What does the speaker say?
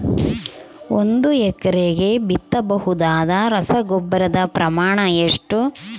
ಒಂದು ಎಕರೆಗೆ ಬಿತ್ತಬಹುದಾದ ರಸಗೊಬ್ಬರದ ಪ್ರಮಾಣ ಎಷ್ಟು?